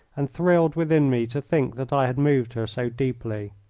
and thrilled within me to think that i had moved her so deeply.